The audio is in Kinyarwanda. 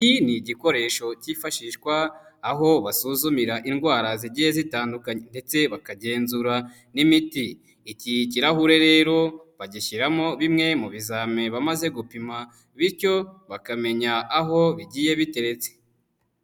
Iyi ni igikoresho kifashishwa aho basuzumira indwara zigiye zitandukanye ndetse bakagenzura n'imiti. Iki ikirahure rero bagishyiramo bimwe mu bizame bamaze gupima bityo bakamenya aho bigiye biteretse.